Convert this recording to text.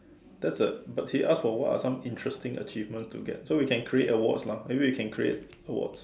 that's it but he ask for what are some interesting achievement to get so we can create awards lah maybe we can create awards